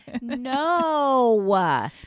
No